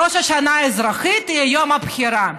ראש השנה האזרחית, יהיה יום הבחירה.